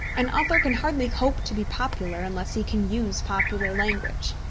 an author can hardly hope to be popular unless he can use popular language.